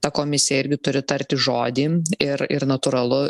ta komisija irgi turi tarti žodį ir ir natūralu